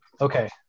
Okay